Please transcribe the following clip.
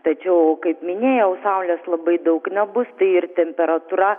tačiau kaip minėjau saulės labai daug nebus tai ir temperatūra